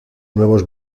nuevos